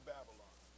Babylon